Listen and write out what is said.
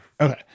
Okay